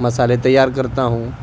مسالے تیار کرتا ہوں